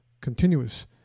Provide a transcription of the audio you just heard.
continuous